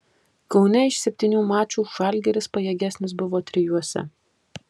kaune iš septynių mačų žalgiris pajėgesnis buvo trijuose